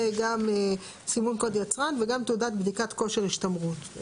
וגם סימון קוד יצרן וגם תעודת בדיקת כושר השתמרות.